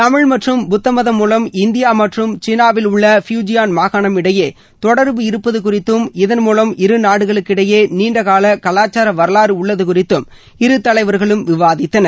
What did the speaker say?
தமிழ் மற்றும் புத்தமதம் மூலம் இந்தியா மற்றும் சீனாவில் உள்ள ஃப்யூஜியான் மாகாணமிடையே தொடர்பு இருப்பது குறித்தும் இதன் மூவம் இரு நாடுகளுக்கிடையே நீண்ட கால கலாச்சார வரலாறு உள்ளது குறித்தும் இரு தலைவர்களும் விவாதித்தனர்